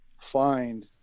find